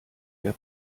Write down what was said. der